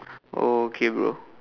oh okay bro